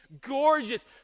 gorgeous